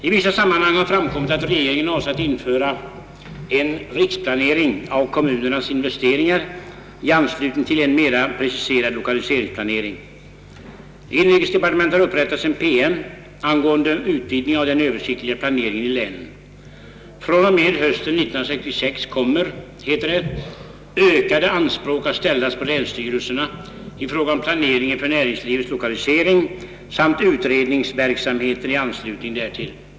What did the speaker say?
I vissa sammanhang har framkommit, att regeringen avser att införa en >riksplanering; av kommunernas investeringar i anslutning till en mera preciserad lokaliseringsplanering. I inrikesdepartementet har upprättats en PM angående utvidgning av den översiktliga planeringen i länen. Från och med hösten 1966 kommer, heter det, ökade anspråk att ställas på länsstyrelserna i fråga om planeringen för näringslivets lokalisering samt utredningsverksamheten i anslutning härtill.